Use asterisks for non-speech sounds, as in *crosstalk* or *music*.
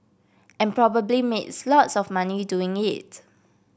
and probably made *unintelligible* lots of money doing it